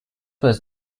was